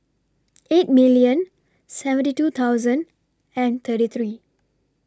eight million seventy two thousand and thirty three